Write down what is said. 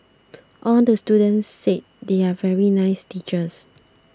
all the students said they are very nice teachers